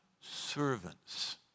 servants